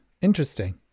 interesting